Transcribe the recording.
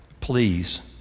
Please